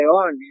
Leon